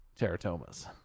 teratomas